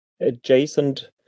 adjacent